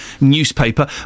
newspaper